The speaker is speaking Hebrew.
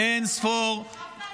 אולי פשוט החוק שלך לא טוב?